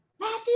Matthew